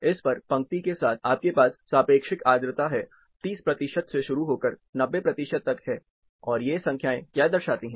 इस पर पंक्ति के साथ आपके पास सापेक्षिक आर्द्रता हैं 30 प्रतिशत से शुरू होकर 90 प्रतिशत तक हैं और ये संख्याएं क्या दर्शाती हैं